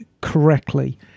correctly